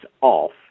off